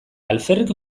alferrik